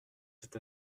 cette